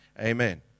Amen